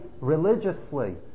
religiously